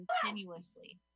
continuously